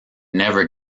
never